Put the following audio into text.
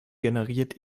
generiert